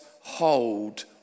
hold